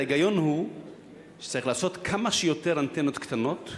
ההיגיון הוא שצריך לעשות כמה שיותר אנטנות קטנות,